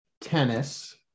tennis